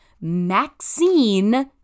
Maxine